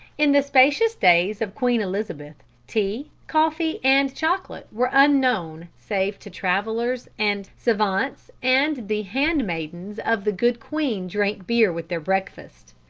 in the spacious days of queen elizabeth, tea, coffee, and chocolate were unknown save to travellers and savants, and the handmaidens of the good queen drank beer with their breakfast.